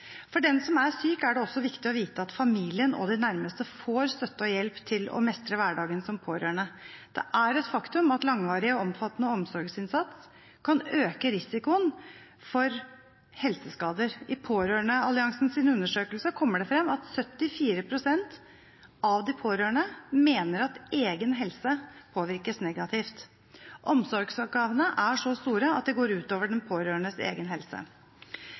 For den som er syk, er det også viktig å vite at familien og de nærmeste får støtte og hjelp til å mestre hverdagen som pårørende. Det er et faktum at langvarig og omfattende omsorgsinnsats kan øke risikoen for helseskader. I Pårørendealliansens undersøkelse kommer det frem at 74 pst. av de pårørende mener at egen helse påvirkes negativt. Omsorgsoppgavene er så store at det går ut over den pårørendes egen helse.